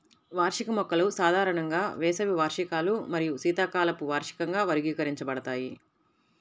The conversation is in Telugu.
వార్షిక మొక్కలు సాధారణంగా వేసవి వార్షికాలు మరియు శీతాకాలపు వార్షికంగా వర్గీకరించబడతాయి